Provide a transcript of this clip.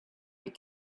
had